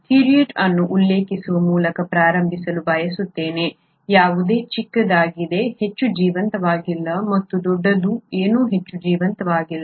Theriot ಅನ್ನು ಉಲ್ಲೇಖಿಸುವ ಮೂಲಕ ಪ್ರಾರಂಭಿಸಲು ಬಯಸುತ್ತೇನೆ ಯಾವುದೇ ಚಿಕ್ಕದಾಗಿದೆ ಹೆಚ್ಚು ಜೀವಂತವಾಗಿಲ್ಲ ಮತ್ತು ದೊಡ್ಡದು ಏನೂ ಹೆಚ್ಚು ಜೀವಂತವಾಗಿಲ್ಲ